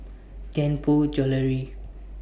Tianpo Jewellery